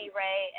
ray